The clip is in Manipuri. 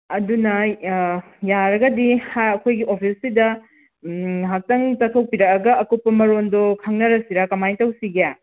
ꯑꯗꯨꯅ ꯌꯥꯔꯒꯗꯤ ꯑꯩꯈꯣꯏꯒꯤ ꯑꯣꯐꯤꯁꯁꯤꯗ ꯉꯥꯏꯍꯥꯛꯇꯪ ꯆꯠꯊꯣꯛꯄꯤꯔꯛꯑꯒ ꯑꯀꯨꯞꯄ ꯃꯔꯣꯟꯗꯣ ꯈꯪꯅꯔꯁꯤꯔꯥ ꯀꯃꯥꯏꯅ ꯇꯧꯁꯤꯒꯦ